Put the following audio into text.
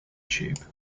tube